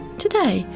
today